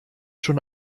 schon